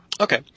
Okay